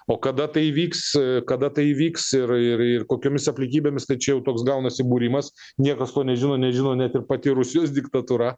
o kada tai įvyks kada tai įvyks ir ir ir kokiomis aplinkybėmis tai čia jau toks gaunasi būrimas niekas to nežino nežino net ir pati rusijos diktatūra